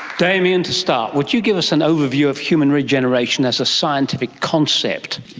damien, to start, would you give us an overview of human regeneration as a scientific concept.